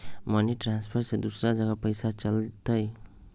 Money transfer से दूसरा जगह पईसा चलतई?